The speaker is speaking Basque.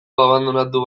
abandonatu